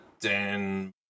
Dan